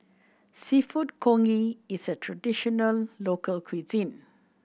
Seafood Congee is a traditional local cuisine